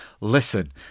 Listen